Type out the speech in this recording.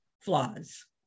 flaws